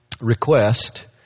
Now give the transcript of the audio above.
request